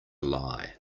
lie